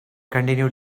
continue